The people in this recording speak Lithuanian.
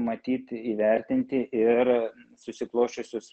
matyt įvertinti ir susiklosčiusius